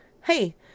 hey